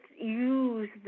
use